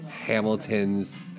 Hamilton's